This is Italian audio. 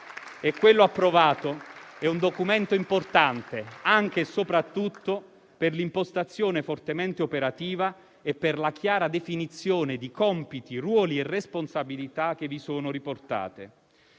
E quello approvato è un documento importante, anche e soprattutto per l'impostazione fortemente operativa e per la chiara definizione di compiti, ruoli e responsabilità che vi sono riportati.